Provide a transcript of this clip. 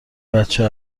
بچه